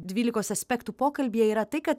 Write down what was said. dvylikos aspektų pokalbyje yra tai kad